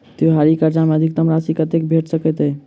त्योहारी कर्जा मे अधिकतम राशि कत्ते भेट सकय छई?